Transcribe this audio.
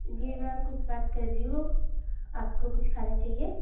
جی میں کک بات کر رہی ہوں آپ کو کچھ کھانا چاہیے